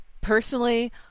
personally